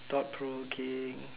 thought provoking